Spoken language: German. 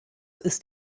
ist